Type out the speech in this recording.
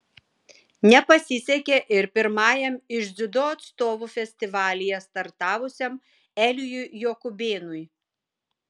nepasisekė ir pirmajam iš dziudo atstovų festivalyje startavusiam elijui jokubėnui